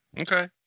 Okay